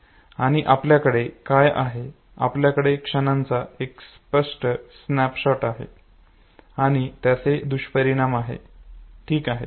आणि आपल्याकडे काय आहे आपल्याकडे क्षणांचा एक स्पष्ट स्नॅपशॉट आहे आणि त्याचे दुष्परिणाम आहेत ठीक आहे